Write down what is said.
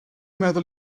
meddwl